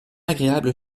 agréable